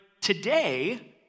today